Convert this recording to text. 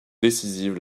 décisive